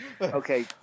Okay